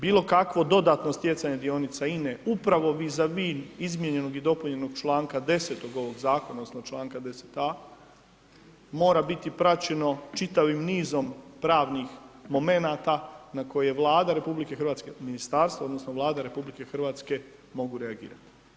Bilo kakvo dodatno stjecanje dionica INE upravo vi za vi izmijenjenog i dopunjenog članka 10.-tog ovog zakona odnosno članka 10a. mora biti praćeno čitavim nizom pravnih momenata na koje Vlada RH, ministarstvo odnosno Vlada RH mogu reagirati.